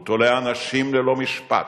הוא תולה אנשים ללא משפט,